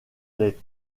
les